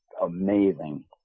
amazing